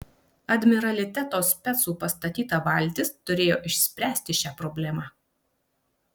admiraliteto specų pastatyta valtis turėjo išspręsti šią problemą